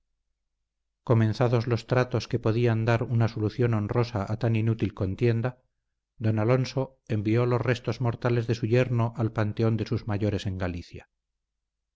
comenzados los tratos que podían dar una solución honrosa a tan inútil contienda don alonso envió los restos mortales de su yerno al panteón de sus mayores en galicia